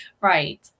Right